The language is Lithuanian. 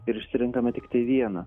ir išsirenkame tiktai vieną